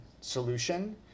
solution